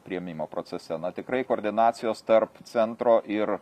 priėmimo procese na tikrai koordinacijos tarp centro ir